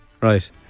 Right